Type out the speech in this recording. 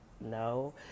No